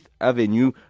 Avenue